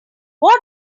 what